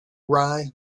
rye